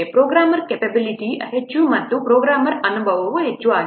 programmer capability ಹೆಚ್ಚು ಮತ್ತು programmer ಅನುಭವವೂ ಹೆಚ್ಚು ಆಗಿದೆ